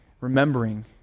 remembering